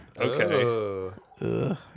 Okay